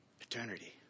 eternity